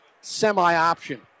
semi-option